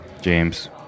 James